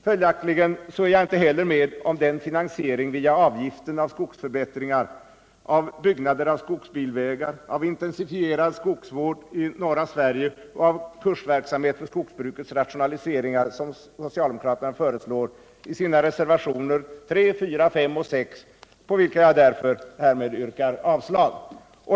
Följaktligen är jag inte heller med om den finansiering via avgiften av skogsförbättringar, av byggande av skogsbilvägar, av intensifierad skogsvård i norra Sverige och av kursverksamhet för skogsbrukets rationaliseringar som socialdemokraterna föreslår i sina reservationer 3, 4, 5 och 6, på vilka jag därför härmed yrkar avslag.